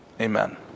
amen